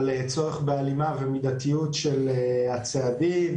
על צורך בהלימה ומידתיות של הצעדים,